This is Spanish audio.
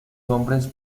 hombres